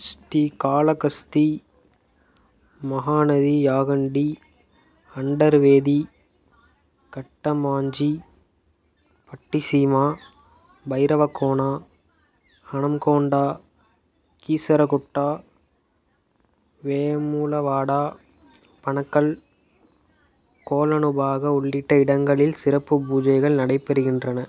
ஸ்ரீகாளஹஸ்தி மகாநதி யாகண்டி அண்டர்வேதி கட்டமாஞ்சி பட்டிசீமா பைரவகோனா ஹனம்கொண்டா கீசரகுட்டா வேமுலவாடா பனகல் கோலனுபாக உள்ளிட்ட இடங்களில் சிறப்பு பூஜைகள் நடைபெறுகின்றன